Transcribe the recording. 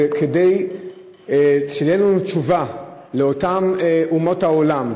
כדי שתהיה לנו תשובה לאותן אומות העולם,